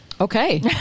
Okay